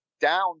down